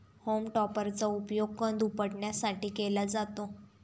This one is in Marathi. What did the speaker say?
होम टॉपरचा उपयोग कंद उपटण्यासाठी केला जातो